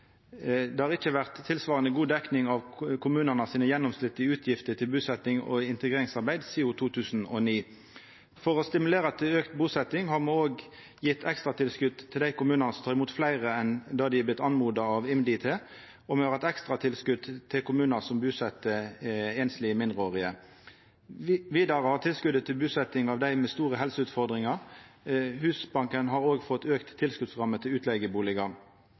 Det har ikkje vore tilsvarande god dekning av kommunane sine gjennomsnittlege utgifter til busetjings- og integreringsarbeid sidan 2009. For å stimulera til auka busetjing har me òg gjeve ekstratilskot til dei kommunane som tek imot fleire enn dei har vorte oppmoda til av IMDi, og me har eit ekstratilskot til kommunar som buset einslege mindreårige. Vidare har me tilskotet til busetjing av dei med store helseutfordringar. Husbanken har òg fått auka tilskotsramma til